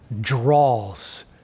draws